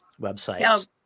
websites